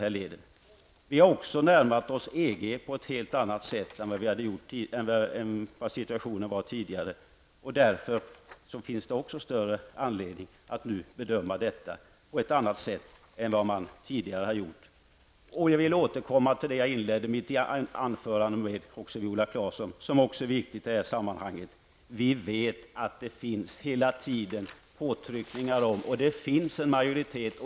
Sverige har också närmat sig EG på ett helt annat sätt än vad situationen har varit tidigare. Därför finns det också större anledning att bedöma detta på ett annat sätt än vad som tidigare har gjorts. Jag vill återkomma till det jag inledde mitt anförande med som också är viktigt i det här sammanhanget, Viola Claesson. Vi vet att det hela tiden utövas påtryckningar och att det finns en majoritet.